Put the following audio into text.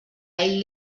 ell